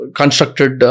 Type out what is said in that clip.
constructed